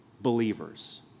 believers